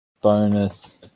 bonus